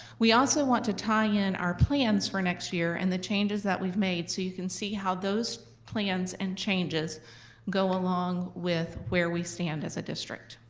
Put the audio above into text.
we also want to tie in our plans for next year and the changes that we've made so you can see how those plans and changes go along with where we stand as a district.